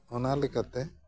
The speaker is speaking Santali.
ᱚᱱᱟᱞᱮᱠᱟᱛᱮ